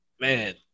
man